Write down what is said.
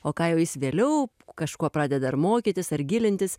o ką jau jis vėliau kažkuo pradeda ar mokytis ar gilintis